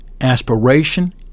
aspiration